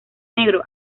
negro